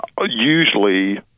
usually